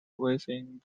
within